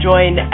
Join